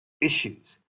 issues